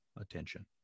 attention